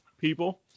people